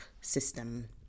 system